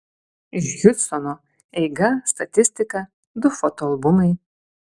iš hjustono eiga statistika du foto albumai